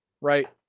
right